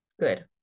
Good